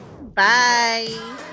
Bye